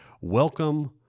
Welcome